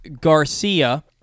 Garcia